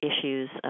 issues